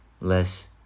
less